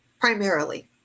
primarily